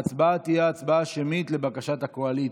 ההצבעה תהיה הצבעה שמית, לבקשת הקואליציה,